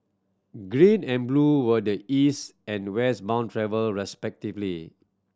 green and blue were the East and West bound travel respectively